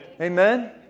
Amen